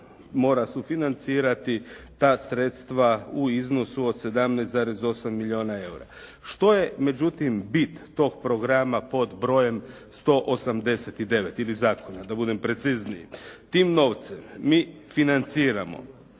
mora sufinancirati ta sredstva u iznosu od 17,8 milijuna EUR-a. Što je međutim bit tog programa pod brojem 189 ili zakona da budem precizniji? Tim novcem mi financiramo